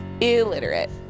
Illiterate